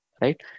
right